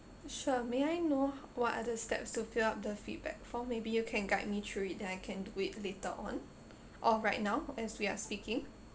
sure may I know what are the steps to fill up the feedback form maybe you can guide me through it then I can do it later on or right now as we are speaking